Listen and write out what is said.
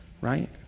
right